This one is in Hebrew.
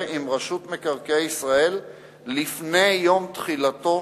עם רשות מקרקעי ישראל לפני יום תחילתו